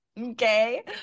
okay